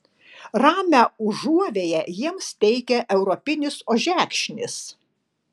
ramią užuovėją jiems teikia europinis ožekšnis